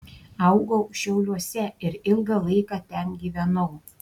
augau šiauliuose ir ilgą laiką ten gyvenau